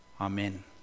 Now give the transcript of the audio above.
Amen